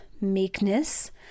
meekness